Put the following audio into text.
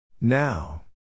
now